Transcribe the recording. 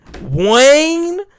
Wayne